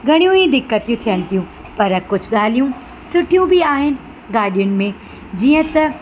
घणियूं ई दिक़तियूं थियनि थियूं पर कुझु ॻाल्हियूं सुठियूं बि आहिनि गाॾियुनि में जीअं त